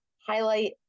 highlight